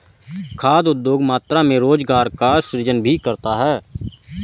खाद्य उद्योग बड़ी मात्रा में रोजगार का सृजन भी करता है